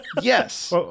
Yes